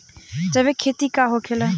जैविक खेती का होखेला?